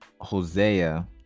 hosea